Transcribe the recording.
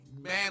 man